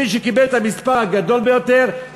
מי שקיבל את המספר הגדול ביותר,